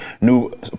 new